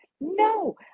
no